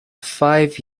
five